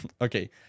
okay